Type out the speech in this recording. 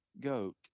goat